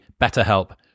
BetterHelp